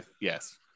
yes